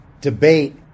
debate